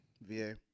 VA